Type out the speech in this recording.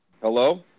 Hello